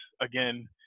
again